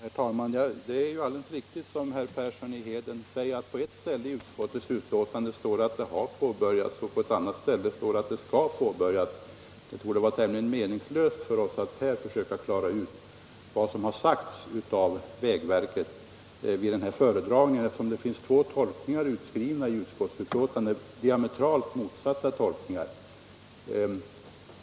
Herr talman! Det är alldeles riktigt som herr Persson i Heden säger att det på ett ställe i betänkandet står att arbetet har påbörjats och på ett annat ställe att det skall påbörjas. Det torde vara meningslöst att vi här försöker klara ut vad som har sagts från vägverkets sida i denna föredragning, eftersom det finns två diametralt motsatta uttolkningar i utskottets betänkande.